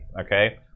Okay